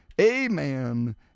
amen